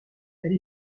elle